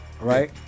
right